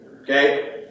Okay